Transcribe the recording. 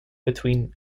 between